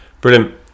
Brilliant